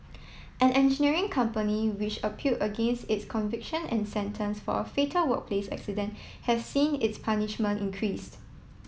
an engineering company which appeal against its conviction and sentence for a fatal workplace accident has seen its punishment increased